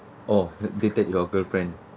oh they take your girlfriend